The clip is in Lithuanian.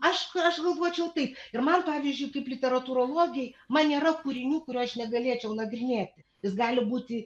aš aš galvočiau taip ir man pavyzdžiui kaip literatūrologei man nėra kūrinių kurių aš negalėčiau nagrinėti is gali būti